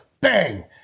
Bang